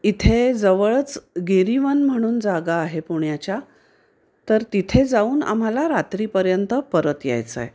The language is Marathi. इथे जवळच गिरीवन म्हणून जागा आहे पुण्याच्या तर तिथे जाऊन आम्हाला रात्रीपर्यंत परत यायचं आहे